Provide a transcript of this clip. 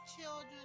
children